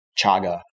chaga